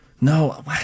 No